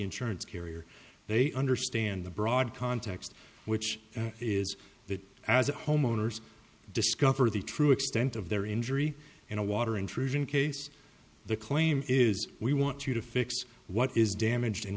insurance carrier they understand the broad context which is that as the homeowners discover the true extent of their injury in a water intrusion case the claim is we want you to fix what is damaged